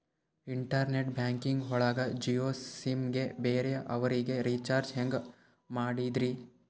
Internet banking ಒಳಗ Jio sim ಗೆ ಬೇರೆ ಅವರಿಗೆ ರೀಚಾರ್ಜ್ ಹೆಂಗ್ ಮಾಡಿದ್ರಿ?